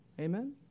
amen